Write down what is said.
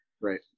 Right